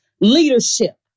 leadership